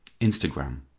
Instagram